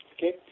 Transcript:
Okay